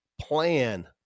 plan